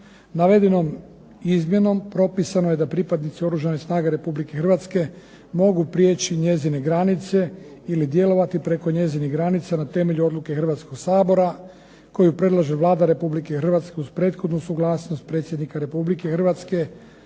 Navedenom izmjenom propisano je da pripadnici Oružanih snaga Republike Hrvatske mogu prijeći njezine granice ili djelovati preko njezinih granica na temelju odluke Hrvatskog sabora koji predlaže Vlada Republike Hrvatske uz prethodnu suglasnost predsjednika Republike Hrvatske,